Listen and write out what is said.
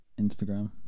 Instagram